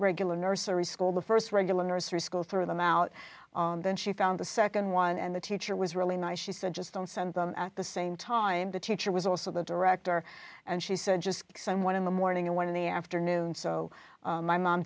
regular nursery school the st regular nursery school threw them out then she found the nd one and the teacher was really nice she said just don't send them at the same time the teacher was also the director and she said just some one in the morning and one in the afternoon so my mom